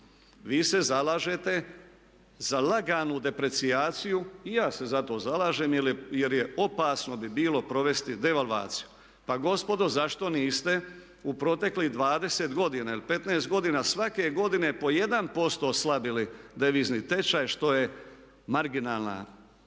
Vi se zalažete za laganu deprecijaciju. I ja se za to zalažem jer je opasno bi bilo provesti devalvaciju. Pa gospodo zašto niste u proteklih 20 godina ili 15 godina svake godine po jedan posto oslabili devizni tečaj što je marginalna